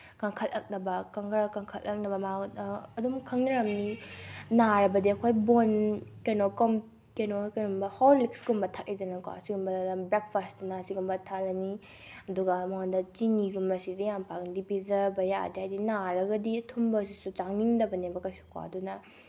ꯀꯪꯈꯠꯂꯛꯅꯕ ꯈꯔ ꯀꯪꯈꯠꯂꯛꯅꯕ ꯑꯗꯨꯝ ꯈꯪꯅꯔꯝꯅꯤ ꯅꯥꯔꯕꯗꯤ ꯑꯩꯈꯣꯏ ꯕꯣꯟ ꯀꯩꯅꯣ ꯍꯣꯔꯂꯤꯛꯁꯀꯨꯝꯕ ꯊꯛꯏꯗꯕꯀꯣ ꯑꯁꯤꯒꯨꯝꯕ ꯕ꯭ꯔꯦꯛꯐꯥꯁꯇꯅ ꯁꯤꯒꯨꯝꯕ ꯊꯛꯍꯜꯂꯅꯤ ꯑꯗꯨꯒ ꯃꯉꯣꯟꯗ ꯆꯤꯅꯤꯒꯨꯝꯕꯁꯤꯗꯤ ꯌꯥꯝ ꯄꯥꯛꯅꯗꯤ ꯄꯤꯖꯕ ꯌꯥꯗꯦ ꯍꯥꯏꯗꯤ ꯅꯥꯔꯒꯗꯤ ꯑꯊꯨꯝꯕꯁꯤꯁꯨ ꯆꯥꯅꯤꯡꯗꯕꯅꯦꯕ ꯀꯩꯁꯨ ꯀꯣ ꯑꯗꯨꯅ